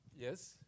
Yes